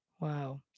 Wow